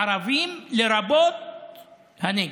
ערבים, לרבות הנגב.